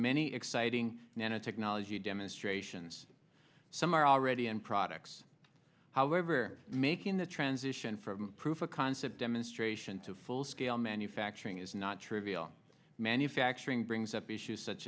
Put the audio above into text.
many exciting nano technology demonstrations some are already in products however making the transition from proof a concept demonstration to full scale manufacturing is not trivial manufacturing brings up